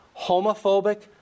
homophobic